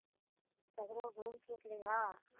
सगरो घुमि फिरि लिहक आ